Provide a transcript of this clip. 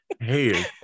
Hey